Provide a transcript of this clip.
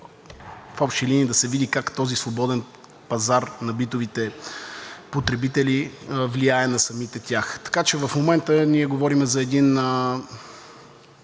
в общи линии да се види как този свободен пазар на битовите потребители влияе на самите тях. Така че в момента ние говорим за загуба